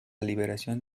liberación